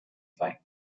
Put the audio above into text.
sei